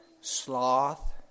sloth